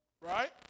right